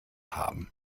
haben